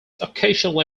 occasionally